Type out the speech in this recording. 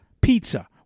pizza